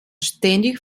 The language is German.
ständig